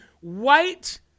white